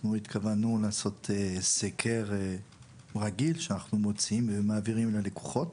אנחנו התכוונו לעשות סקר רגיל שאנחנו מוציאים ומעבירים ללקוחות.